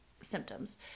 symptoms